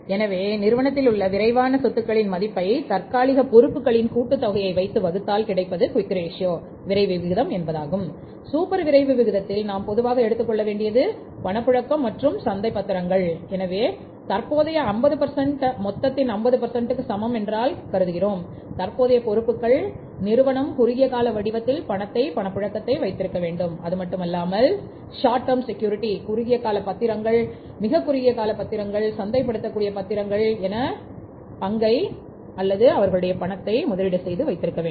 எனவே நிறுவனத்தில் உள்ள விரைவான சொத்துக்களின் மதிப்பை தற்காலிக பொறுப்புகளின் கூட்டுத் தொகையை வைத்து வகுத்தால் கிடைப்பது குயிக் ரேஷியோ சந்தைப்படுத்தக்கூடிய பத்திரங்கள் என அழைக்கப்படும்